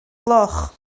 gloch